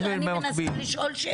מדברת, אני מנסה לשאול שאלה.